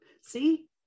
See